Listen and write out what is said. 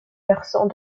versants